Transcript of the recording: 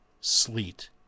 sleet